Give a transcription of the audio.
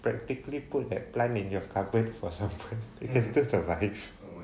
practically put that plant in your cupboard for some time it still survive